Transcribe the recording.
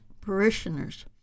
parishioners